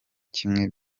kimwe